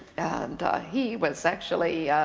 he was actually